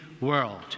world